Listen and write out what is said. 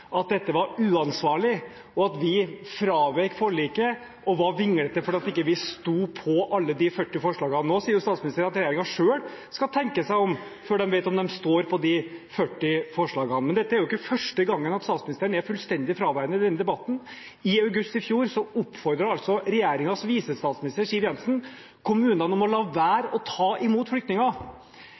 at dette var uansvarlig, og at vi fravek forliket og var vinglete fordi vi ikke sto på alle de 40 forslagene. Nå sier statsministeren at regjeringen selv skal tenke seg om før de vet om de står på de 40 forslagene. Dette er ikke første gangen statsministeren er fullstendig fraværende i denne debatten. I august i fjor oppfordret regjeringens visestatsminister Siv Jensen kommunene til å la være å ta imot flyktninger.